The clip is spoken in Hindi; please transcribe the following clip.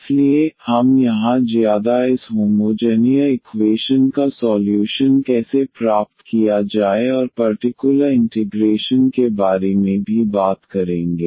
इसलिए हम यहां ज्यादा इस होमोजेनियस इक्वेशन का सॉल्यूशन कैसे प्राप्त किया जाए और पर्टिकुलर इंटिग्रेशन के बारे में भी बात करेंगे